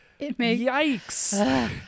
Yikes